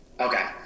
Okay